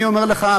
אני אומר לך,